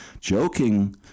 joking